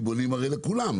כי בונים הרי לכולם,